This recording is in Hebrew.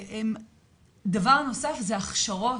דבר נוסף זה הכשרות,